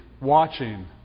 watching